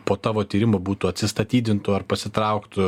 po tavo tyrimo būtų atsistatydintų ar pasitrauktų